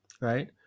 right